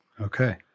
Okay